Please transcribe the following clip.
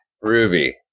Ruby